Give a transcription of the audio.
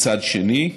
מצד שני,